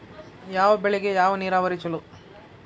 ಯಾವ ಬೆಳಿಗೆ ಯಾವ ನೇರಾವರಿ ಛಲೋ?